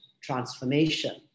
transformation